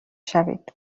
شوید